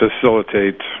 facilitate